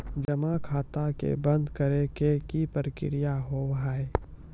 जमा खाता के बंद करे के की प्रक्रिया हाव हाय?